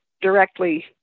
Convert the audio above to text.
directly